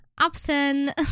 absent